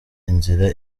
inzira